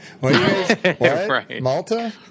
Malta